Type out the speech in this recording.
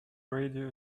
radio